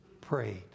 prayed